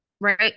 right